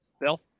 Bill